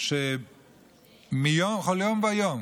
רואים שבכל יום ויום,